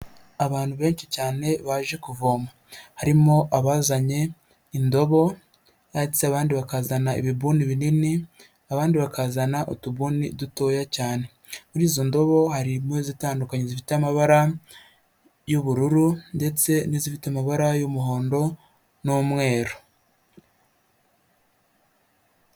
Abantu benshi cyane baje kuvoma harimo abazanye indobo ndese abandi bakazana ibibuni binini, abandi bakazana utubuni dutoya cyane, muri izo ndobo harimo izitandukanye zifite amabara y'ubururu ndetse n'izifite amabara y'umuhondo n'umweru.